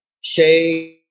Shay